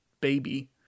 baby